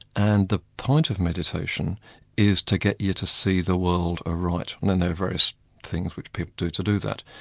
and the point of meditation is to get you to see the world ah aright, and then there are various things which people do to do that.